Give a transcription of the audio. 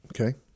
Okay